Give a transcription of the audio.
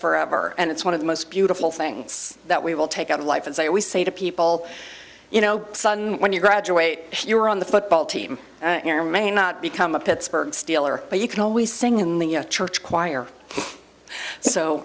forever and it's one of the most beautiful things that we will take out of life as i always say to people you know when you graduate you're on the football team you're may not become a pittsburgh steeler but you can always sing in the church choir so